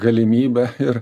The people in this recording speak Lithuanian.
galimybę ir